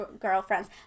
girlfriends